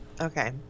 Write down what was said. Okay